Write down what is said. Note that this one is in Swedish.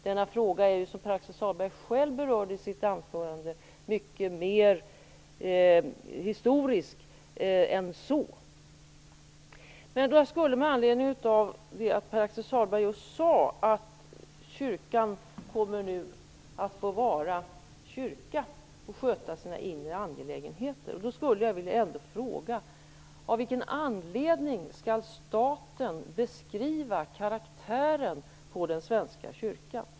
Denna fråga är, som Pär-Axel Sahlberg själv berörde i sitt anförande, mycket mer historisk än så. Jag skulle med anledning av det Pär-Axel Sahlberg just sade, att kyrkan nu kommer att få vara kyrka och sköta sina inre angelägenheter, vilja fråga: Av vilken anledning skall staten beskriva karaktären på den svenska kyrkan?